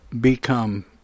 become